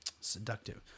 seductive